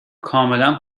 کاملا